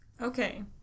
Okay